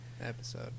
episode